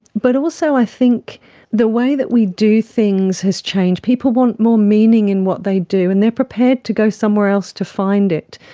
but also i think the way that we do things has changed. people want more meaning in what they do and they are prepared to go somewhere else to find it.